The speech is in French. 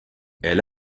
elle